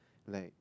like